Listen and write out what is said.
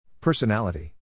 Personality